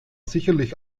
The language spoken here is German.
sicherlich